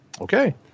Okay